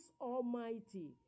almighty